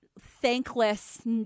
thankless